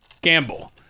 gamble